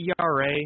ERA